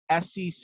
SEC